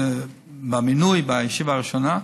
במינוי, בישיבה הראשונה.